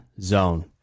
zone